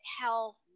health